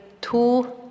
two